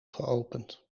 geopend